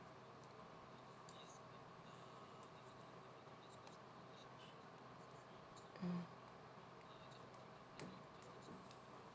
mm